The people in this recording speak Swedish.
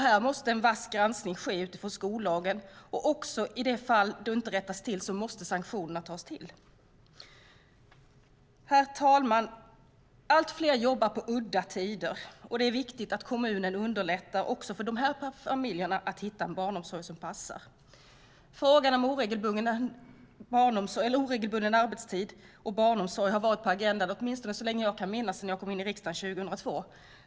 Här måste en vass granskning ske utifrån skollagen, och i de fall det inte rättas måste sanktioner tas till. Herr talman! Allt fler jobbar på udda tider, och det är viktigt att kommunerna underlättar för dessa familjer att hitta en barnomsorg som passar. Frågan om oregelbunden arbetstid och barnomsorg har varit på agendan så länge jag kan minnas, åtminstone sedan jag kom in i riksdagen 2002.